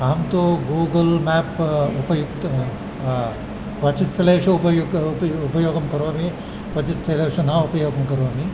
अहं तु Google map उपयुज्य क्वचित् स्थलेषु उपयोग उपयो उपयोगं करोमि क्वचित् स्थलेषु न उपयोगं करोमि